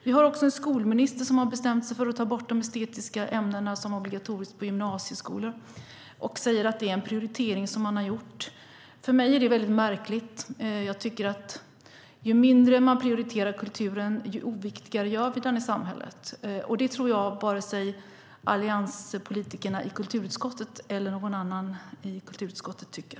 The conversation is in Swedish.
Vi har också en skolminister som har bestämt sig för att ta bort de estetiska ämnena som obligatoriska i gymnasieskolan och som säger att det är en prioritering man har gjort. För mig är det väldigt märkligt. Jag tycker att ju mindre vi prioriterar kulturen, desto oviktigare gör vi den i samhället. Det tror jag att varken allianspolitikerna i kulturutskottet eller någon annan i kulturutskottet tycker.